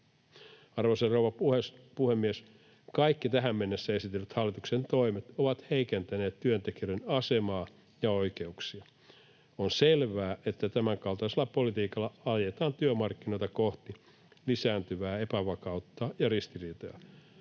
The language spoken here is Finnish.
Arvoisa rouva puhemies! Kaikki tähän mennessä esitellyt hallituksen toimet ovat heikentäneet työntekijöiden asemaa ja oikeuksia. On selvää, että tämänkaltaisella politiikalla ajetaan työmarkkinoita kohti lisääntyvää epävakautta ja ristiriitoja.